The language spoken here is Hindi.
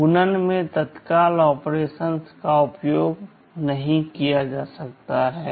गुणन में तत्काल ऑपरेशन्स का उपयोग नहीं किया जा सकता है